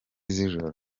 z’ijoro